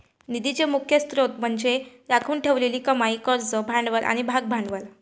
निधीचे मुख्य स्त्रोत म्हणजे राखून ठेवलेली कमाई, कर्ज भांडवल आणि भागभांडवल